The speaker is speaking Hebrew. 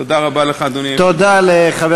תודה רבה לך, אדוני היושב-ראש.